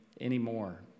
anymore